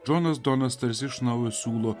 džonas donas tarsi iš naujo siūlo